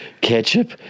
ketchup